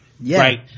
Right